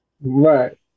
Right